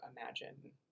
imagine